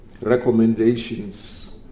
recommendations